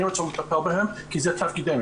אני רוצה לטפל בהם כי זה תפקידנו.